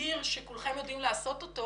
אדיר שכולכם יודעים לעשות אותו